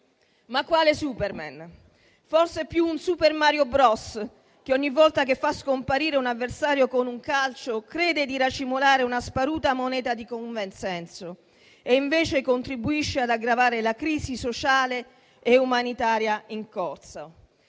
Ma quale Superman! Forse più un Super Mario Bros, che ogni volta che fa scomparire un avversario con un calcio crede di racimolare una sparuta moneta di consenso e invece contribuisce ad aggravare la crisi sociale e umanitaria in corso.